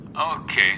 Okay